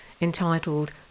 entitled